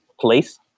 place